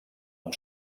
amb